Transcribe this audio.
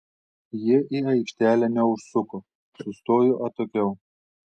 jie į aikštelę neužsuko sustojo atokiau